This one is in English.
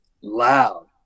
loud